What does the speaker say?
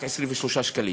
רק 23 שקלים.